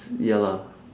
ya lah